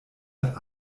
hat